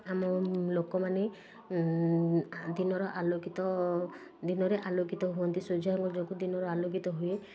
ଆମ ଲୋକମାନେ ଦିନର ଆଲୋକିତ ଦିନରେ ଆଲୋକିତ ହୁଅନ୍ତି ସୂର୍ଯ୍ୟ ଆଲୋକ ଯୋଗୁଁ ଦିନରେ ଆଲୋକିତ ହୁଏ